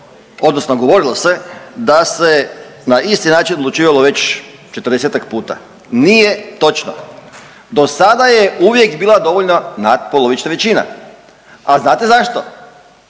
odnosno govorilo se da se na isti način odlučivalo već 40-tak puta. Nije točno. Do sada je uvijek bila dovoljna natpolovična većina. A znate zašto?